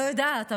לא יודעת,